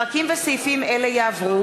פרקים וסעיפים אלה יעברו,